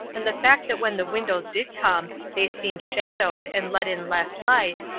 and the fact that when the windows did come they seemed shadowed and let in less light,